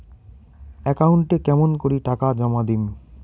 একাউন্টে কেমন করি টাকা জমা দিম?